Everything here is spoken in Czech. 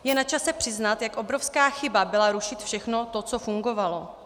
Je načase přiznat, jak obrovská chyba byla rušit všechno to, co fungovalo.